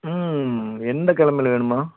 ம் எந்த கிழமைல வேணும்மா